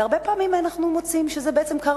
והרבה פעמים אנחנו מוצאים שזה בעצם כר